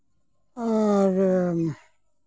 ᱟᱨ